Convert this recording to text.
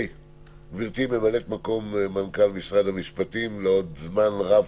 גברתי ממלאת מקום מנכ"ל משרד המשפטים לעוד זמן רב,